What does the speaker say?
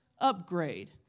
Upgrade